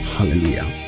Hallelujah